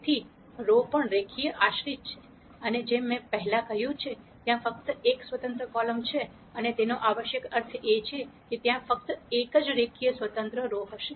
તેથી રો પણ રેખીય આશ્રિત છે અને જેમ મેં પહેલા કહ્યું છે ત્યાં ફક્ત એક સ્વતંત્ર કોલમ છે અને તેનો આવશ્યક અર્થ એ છે કે ત્યાં ફક્ત એક જ રેખીય સ્વતંત્ર રો હશે